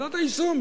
ועדת היישום,